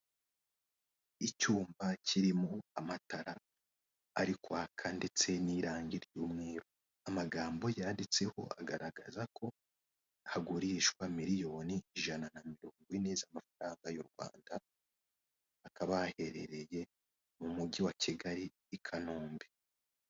Icyumba kiririmo amatara ari kwaka ndetse n'irangi ry'umweru, amagambo yanditseho agaragaza ko hagurishwa miliyoni ijana na mirongo ine z'amafaranga y'u Rwanda, hakaba haherereye mu mujyi wa Kigali, i kanombe.